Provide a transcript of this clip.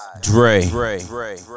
Dre